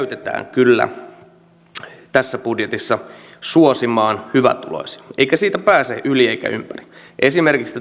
kyllä tässä budjetissa suosimaan hyvätuloisia eikä siitä pääse yli eikä ympäri esimerkiksi